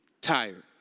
Tired